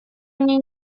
они